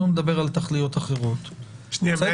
ואני לא מדבר על תוכניות אחרות --- 120